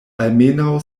almenaŭ